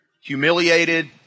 humiliated